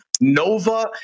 Nova